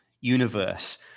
universe